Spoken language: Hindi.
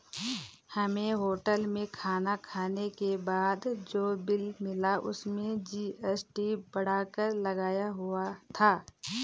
हमें होटल में खाना खाने के बाद जो बिल मिला उसमें जी.एस.टी बढ़ाकर लगाया हुआ था